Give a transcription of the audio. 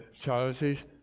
charities